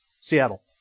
Seattle